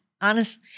honest